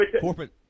corporate –